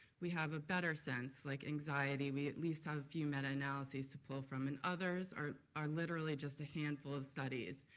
we have a better sense, like anxiety, we at least have ah a few meta analyses to pull from and others are are literally just a handful of studies.